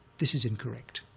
this is incorrect.